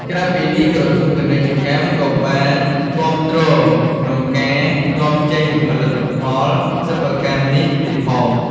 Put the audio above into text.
ក្រៅពីនេះ ក្រសួងពាណិជ្ជកម្មក៏បានគាំទ្រក្នុងការនាំចេញផលិតផលសិប្បកម្មនេះទៀតផង។